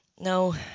No